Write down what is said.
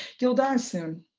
you'll die soon.